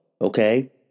okay